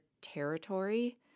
territory